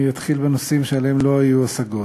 אני אתחיל בנושאים שעליהם לא היו השגות.